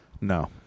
No